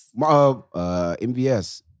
MBS